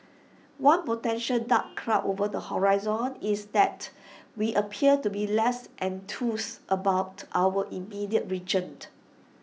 one potential dark cloud over the horizon is that we appear to be less enthused about our immediate region